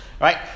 right